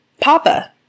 Papa